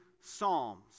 psalms